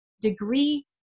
degree